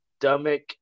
stomach